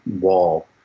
wall